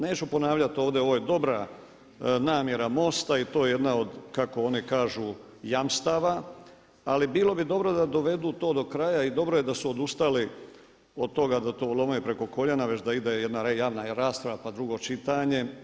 Neću ponavljati ovdje, ovo je dobra namjera MOST-a i to je jedna od kako oni kažu jamstava, ali bilo bi dobro da dovedu to do kraja i dobro je da su odustali od toga da to lome preko koljena već da ide jedna javna rasprava, pa drugo čitanje.